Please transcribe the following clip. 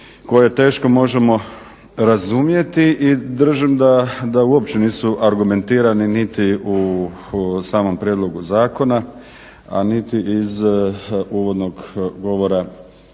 koje teško možemo razumjeti i držim da uopće nisu argumentirani niti u samom prijedlogu zakona a niti iz uvodnog govora